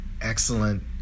excellent